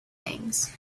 things